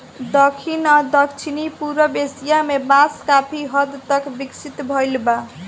दखिन आ दक्षिण पूरब एशिया में बांस काफी हद तक विकसित भईल बा